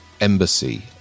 Embassy